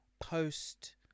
post